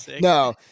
no